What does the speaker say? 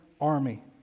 army